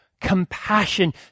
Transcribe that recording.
compassion